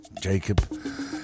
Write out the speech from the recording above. Jacob